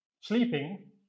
sleeping